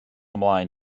mlaen